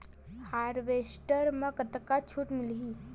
Harvester म कतका छूट मिलही?